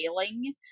failing